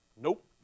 Nope